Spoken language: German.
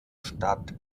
stadt